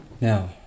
Now